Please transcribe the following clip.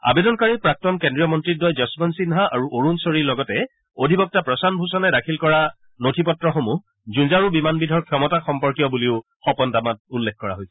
আবেদনকাৰী প্ৰাক্তন কেন্দ্ৰীয় মন্ত্ৰীঘয় যশৱন্ত সিনহা আৰু অৰুণ শ্বোৰীৰ লগতে অধিবক্তা প্ৰশান্ত ভূষণে দাখিল কৰা নথি পত্ৰসমূহ যুঁজাৰু বিমানবিধৰ ক্ষমতা সম্পৰ্কীয় বুলিও শপতনামাত উল্লেখ কৰা হৈছে